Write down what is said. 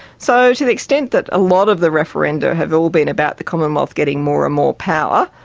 so to the extent that a lot of the referenda have all been about the commonwealth getting more and more power,